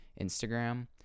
instagram